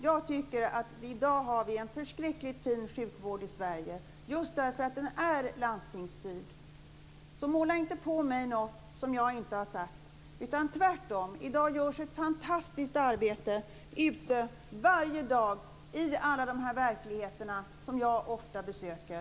Jag tycker tvärtom att vi har en förskräckligt fin sjukvård i Sverige just därför att den är landstingsstyrd. Måla inte på mig något som jag inte har sagt. I dag görs ett fantastiskt arbete varje dag i alla de verkligheter som jag ofta besöker.